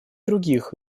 других